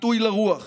ביטוי לרוח